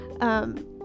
um-